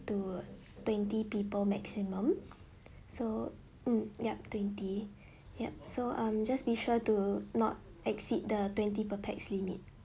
to twenty people maximum so mm ya twenty yup so um just be sure to not exceed the twenty per pax limit